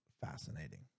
fascinating